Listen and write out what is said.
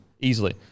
easily